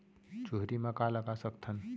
चुहरी म का लगा सकथन?